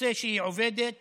יוצא שהיא עובדת